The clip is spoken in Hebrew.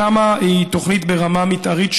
התמ"א היא תוכנית ברמה מתארית,